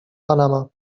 panama